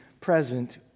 present